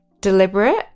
deliberate